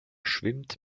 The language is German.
schwimmt